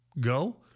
go